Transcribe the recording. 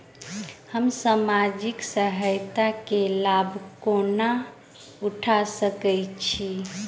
हम सामाजिक सहायता केँ लाभ कोना उठा सकै छी?